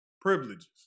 privileges